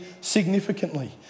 significantly